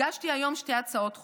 הגשתי היום שתי הצעות חוק,